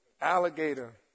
alligator